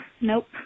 Nope